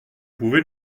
pouvez